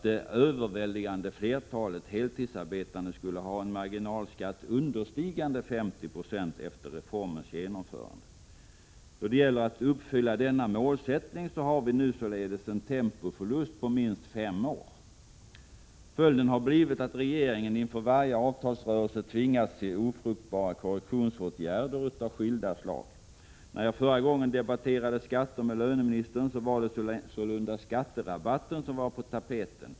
Det stora flertalet heltidsarbetande skulle ha en marginalskatt understigande 50 26 efter reformens genomförande. När det gäller att uppfylla detta mål har vi således en tidsförlust på minst fem år. Följden har blivit att regeringen inför varje avtalsrörelse tvingas till ofruktbara korrektionsåtgärder av skilda slag. När jag senast debatterade skatter med löneministern var det sålunda skatterabatten som var på tapeten.